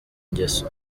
ngeso